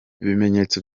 ibimenyetso